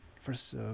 first